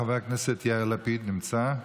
חבר הכנסת יאיר לפיד נמצא?